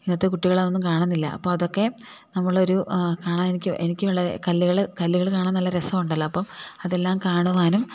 ഇന്നത്തെ കുട്ടികൾ അതൊന്നും കാണുന്നില്ല അപ്പം അതൊക്കെ നമ്മൾ ഒരു കാണാൻ എനിക്ക് എനിക്ക് വളരെ കല്ലുകൾ കല്ലുകൾ കാണാൻ നല്ല രസമുണ്ടല്ലോ അപ്പം അതെല്ലാം കാണുവാനും